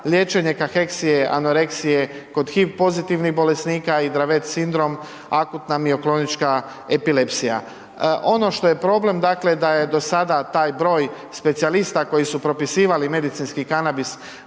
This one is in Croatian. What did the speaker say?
Liječenje kaheksije, anoreksije, kod HIV pozitivnih bolesnika i dravet sindrom, akutna mioklonička epilepsija. Ono što je problem, dakle, da je do sada taj broj specijalista koji su propisivali medicinski kanabis